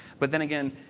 but then again,